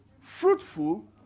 fruitful